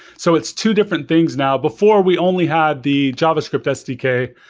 so it's two different things now. before, we only had the javascript sdk,